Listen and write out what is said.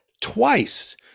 twice